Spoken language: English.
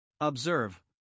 Observe